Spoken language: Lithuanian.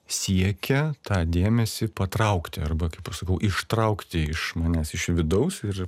siekia tą dėmesį patraukti arba kaip aš sakau ištraukti iš manęs iš vidaus ir